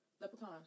Leprechaun